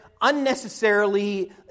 unnecessarily